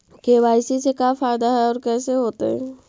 KYC से का फायदा है और कैसे होतै?